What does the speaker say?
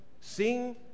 Sing